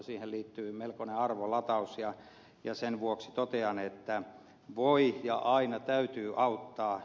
siihen liittyy melkoinen arvolataus ja sen vuoksi totean että voi ja aina täytyy auttaa